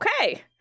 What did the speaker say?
Okay